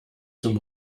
zum